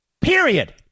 period